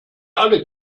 alle